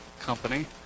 Company